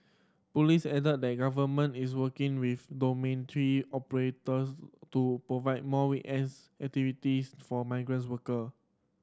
police added that the Government is working with dormitory operators to provide more weekends activities for migrants worker